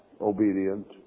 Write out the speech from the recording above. obedient